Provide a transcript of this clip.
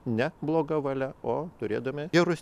ne bloga valia o turėdami gerus